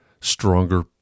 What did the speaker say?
stronger